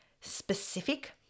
specific